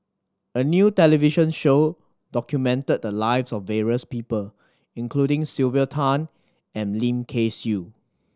a new television show documented the lives of various people including Sylvia Tan and Lim Kay Siu